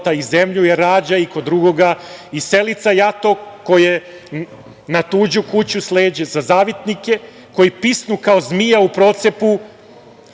i zemlju, jer rađa i kod druga i selica jato koje na tuđu kuću sleće, za zavidnike koji pisnu kao zmija u procepu,